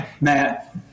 Matt